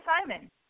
Simon